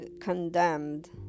condemned